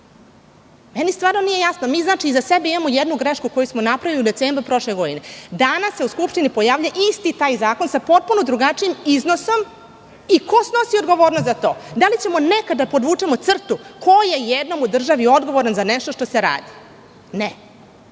stvarno nije jasno. Mi znači iza sebe imamo jednu grešku koju smo napravili u decembru prošle godine. Danas se u Skupštini pojavljuje isti taj zakon sa potpuno drugačijim iznosom i ko snosi odgovornost za to? Da li ćemo nekada da povučemo crtu ko je jednom u državi odgovoran za nešto što se radi? Ne.